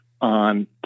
on